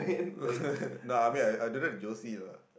no I mean I I did it with Josie lah